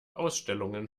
ausstellungen